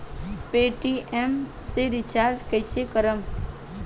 Paytm से recharge कईसे करम?